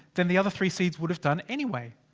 than the other three seeds would have done anyway.